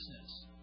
business